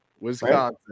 Wisconsin